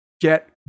get